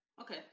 Okay